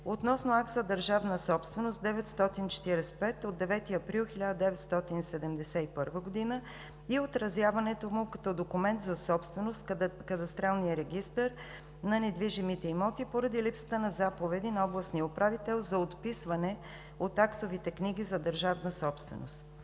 относно Акт за държавна собственост № 945 от 9 април 1971 г. и отразяването му като документ за собственост в Кадастралния регистър на недвижимите имоти, поради липсата на заповеди на областния управител за отписване от актовите книги за държавна собственост.